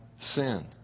sin